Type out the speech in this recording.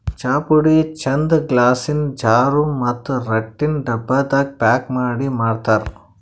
ಚಾಪುಡಿ ಚಂದ್ ಗ್ಲಾಸಿನ್ ಜಾರ್ ಮತ್ತ್ ರಟ್ಟಿನ್ ಡಬ್ಬಾದಾಗ್ ಪ್ಯಾಕ್ ಮಾಡಿ ಮಾರ್ತರ್